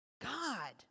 God